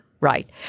Right